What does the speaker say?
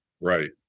Right